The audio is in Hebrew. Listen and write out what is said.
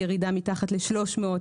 ירידה מתחת ל-300,